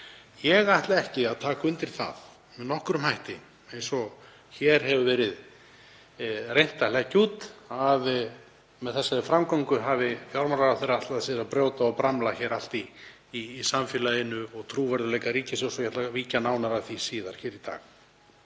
Ég ætla ekki að taka undir það með nokkrum hætti, eins og hér hefur verið reynt að leggja út, að með þessari framgöngu hafi fjármálaráðherra ætlað sér að brjóta og bramla allt í samfélaginu og trúverðugleika ríkissjóðs. Ég ætla að víkja nánar að því síðar í kvöld.